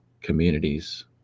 communities